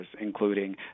including